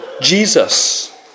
Jesus